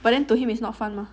but then to him is not fun mah